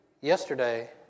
yesterday